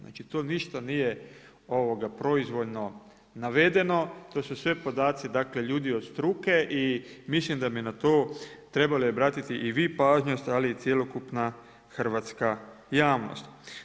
Znači to ništa nije proizvoljno navedeno, to su sve podaci dakle ljudi od struke i mislim da bi na to trebali obratiti i vi pažnju ali i cjelokupna hrvatska javnost.